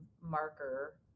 marker